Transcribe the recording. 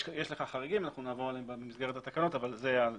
יש לכך חריגים ונעבור עליהם במסגרת התקנות, אבל זה